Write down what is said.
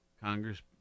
Congress